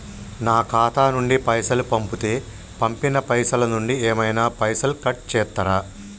నా ఖాతా నుండి పైసలు పంపుతే పంపిన పైసల నుంచి ఏమైనా పైసలు కట్ చేత్తరా?